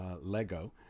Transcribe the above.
Lego